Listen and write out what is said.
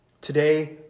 Today